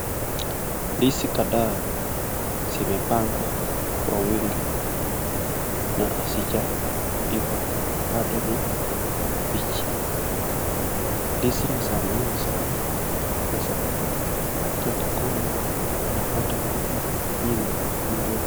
Ndizi kadhaa zimepangwa kwa wingi na hazijaiva bado ni mbichi. Ndizi ni za muhimu sana kwa sababu, mtu akikula anapata nguvu nyingi mwilini.